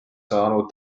saanud